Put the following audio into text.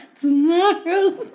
tomorrow